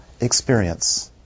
experience